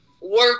work